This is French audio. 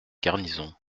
garnison